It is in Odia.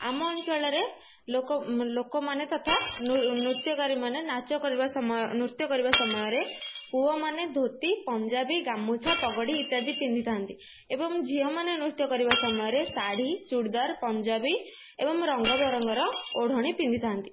ଆମ ଅଞ୍ଚଳରେ ଲୋକମାନେ ତଥା ନୃତ୍ୟକାରୀ ମାନେ ନାଚ କରିବା ସମୟ ନୃତ୍ୟ କରିବା ସମୟରେ ପୁଅମାନେ ଧୋତି ପଞ୍ଜାବୀ ଗାମୁଛା ପଗଡ଼ି ଇତ୍ୟାଦି ପିନ୍ଧିଥାନ୍ତି ଏବଂ ଝିଅମାନେ ନୃତ୍ୟ କରିବା ସମୟରେ ଶାଢ଼ୀ ଚୁଡ଼ିଦାର ପଞ୍ଜାବୀ ଏବଂ ରଙ୍ଗ ବେରଙ୍ଗର ଓଢ଼ଣି ପିନ୍ଧିଥାନ୍ତି